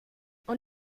und